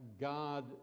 God